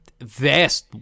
vast